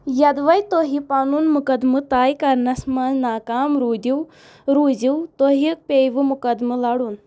یدوٕے تۄہہِ پنُن مُقدِمہٕ طے کرنس منٛز ناکام روٗدِو روٗزِو تۄہہِ پیٚیوٕ مُقدِمہٕ لڈُن